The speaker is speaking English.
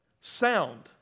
Sound